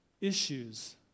issues